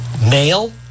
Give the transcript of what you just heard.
Male